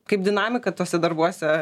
kaip dinamiką tuose darbuose